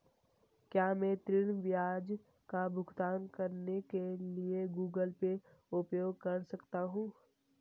क्या मैं ऋण ब्याज का भुगतान करने के लिए गूगल पे उपयोग कर सकता हूं?